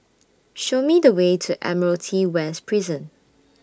Show Me The Way to Admiralty West Prison